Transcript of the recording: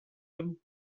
amb